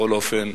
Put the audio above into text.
בכל אופן,